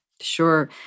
Sure